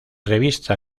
revista